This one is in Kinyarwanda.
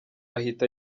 ahita